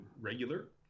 regular